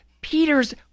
Peter's